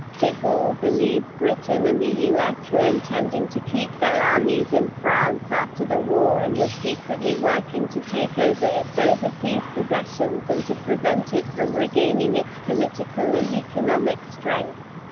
de gaulle believed britain and the us were intending to keep their armies in france after the war and were secretly working to take over its overseas possessions and to prevent it from regaining its political and economic strength.